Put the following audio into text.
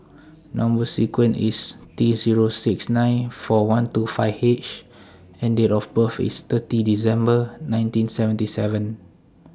Number sequence IS T Zero six nine four one two five H and Date of birth IS thirty December nineteen seventy seven